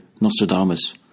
Nostradamus